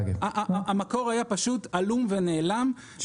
המקור היה פשוט עלום ונעלם.